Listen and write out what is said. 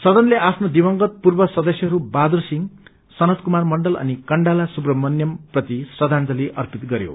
सदनले आफ्ना रिवंगत पूर्व सदस्यहरू बहादुर सिंह सनत कुमार मण्डल अनि कण्डाला सुत्रमण्यम प्रति श्रद्धांजलि अर्पित गरयो